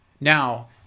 Now